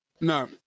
no